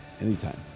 anytime